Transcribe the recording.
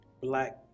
black